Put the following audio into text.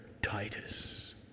Titus